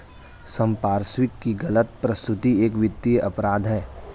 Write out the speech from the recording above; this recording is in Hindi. संपार्श्विक की गलत प्रस्तुति एक वित्तीय अपराध है